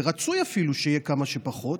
ורצוי אפילו כמה שפחות,